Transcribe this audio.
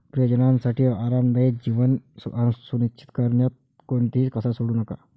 प्रियजनांसाठी आरामदायी जीवन सुनिश्चित करण्यात कोणतीही कसर सोडू नका